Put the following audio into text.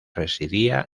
residía